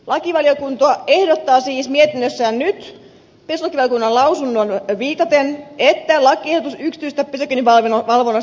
lakivaliokunta ehdottaa siis mietinnössään nyt perustuslakivaliokunnan lausuntoon viitaten että lakiehdotus yksityisestä pysäköinninvalvonnasta hylätään